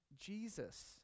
Jesus